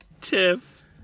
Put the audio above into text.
Tiff